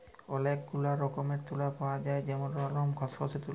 ওলেক গুলা রকমের তুলা পাওয়া যায় যেমল লরম, খসখসে তুলা